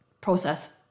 process